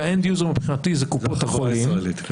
ומשתמש הקצה מבחינתי זה קופות החולים --- החברה הישראלית.